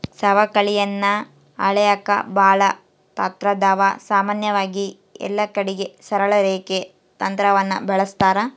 ಸವಕಳಿಯನ್ನ ಅಳೆಕ ಬಾಳ ತಂತ್ರಾದವ, ಸಾಮಾನ್ಯವಾಗಿ ಎಲ್ಲಕಡಿಗೆ ಸರಳ ರೇಖೆ ತಂತ್ರವನ್ನ ಬಳಸ್ತಾರ